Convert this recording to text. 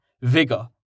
vigor